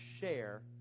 share